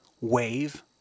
wave